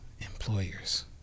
employers